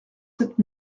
sept